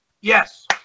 Yes